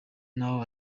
naho